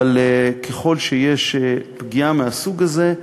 אבל ככל שיש פגיעה מהסוג הזה,